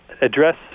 address